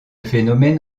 phénomène